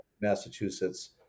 Massachusetts